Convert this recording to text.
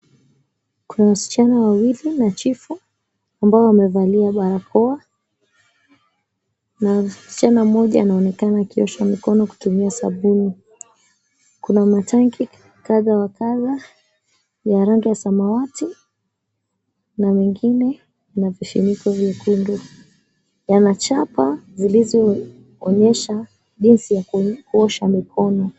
Kuna wasichana wawili na chifu ambao wamevalia barakoa na msichana mmoja anaonekana akiosha mikono kutumia sabuni. Kuna matanki kadha wa kadha ya rangi ya samawati na mengine ina vifuniko vyekundu. Yana chapa zilizonyesha jinsi ya kuosha mikono.